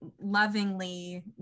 lovingly